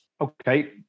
Okay